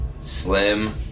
Slim